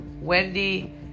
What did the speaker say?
Wendy